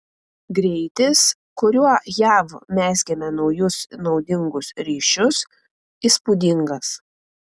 greitis kuriuo jav mezgėme naujus naudingus ryšius įspūdingas